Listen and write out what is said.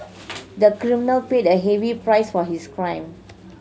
the criminal paid a heavy price for his crime